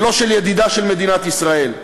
ולא של ידידה של מדינת ישראל.